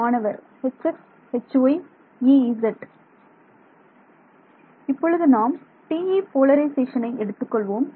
மாணவர் Hx Hy Ez இப்பொழுது நாம் TE போலரிசேஷனை எடுத்துக்கொள்வோம்